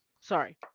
Sorry